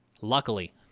Luckily